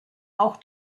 auch